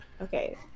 Okay